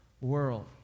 world